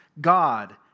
God